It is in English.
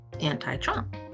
anti-Trump